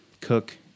Cook